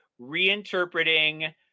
reinterpreting